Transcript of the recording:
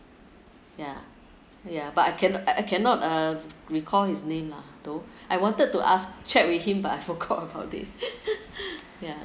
ya ya but I cannot I cannot uh recall his name lah though I wanted to ask check with him but I forgot about it ya